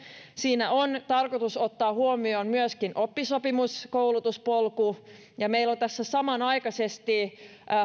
siinä on tarkoitus ottaa huomioon myöskin oppisopimuskoulutuspolku ja meillä on tässä samanaikaisesti